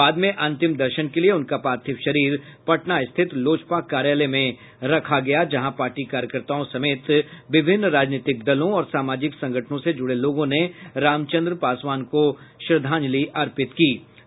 बाद में अंतिम दर्शन के लिये उनका पार्थिव शरीर पटना स्थित लोजपा कार्यालय में रखा गया जहां पार्टी कार्यकर्ताओं समेत विभिन्न राजनीतिक दलों और सामाजिक संगठनों से जुड़े लोगों ने रामचंद्र पासवान को श्रद्धा सुमन अर्पित किये